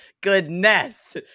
Goodness